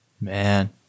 Man